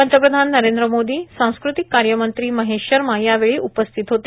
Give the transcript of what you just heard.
पंतप्रधान नरेंद्र मोदी सांस्कृतिक कार्यमंत्री महेश शर्मा यावेळी उपस्थित होते